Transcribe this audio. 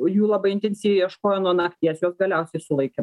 jų labai intensyviai ieškojo nuo nakties juos galiausiai sulaikė